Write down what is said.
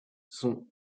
sont